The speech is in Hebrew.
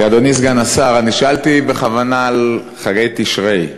אדוני סגן השר, אני שאלתי בכוונה על חגי תשרי,